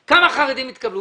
לדעת כמה חרדים התקבלו?